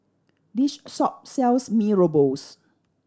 this shop sells Mee Rebus